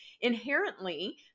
Inherently